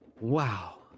Wow